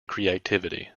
creativity